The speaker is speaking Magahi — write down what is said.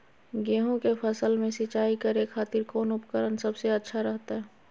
गेहूं के फसल में सिंचाई करे खातिर कौन उपकरण सबसे अच्छा रहतय?